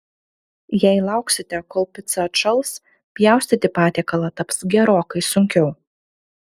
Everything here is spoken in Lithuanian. jei lauksite kol pica atšals pjaustyti patiekalą taps gerokai sunkiau